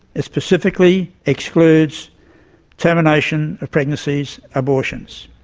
it specifically excludes termination of pregnancies, abortions.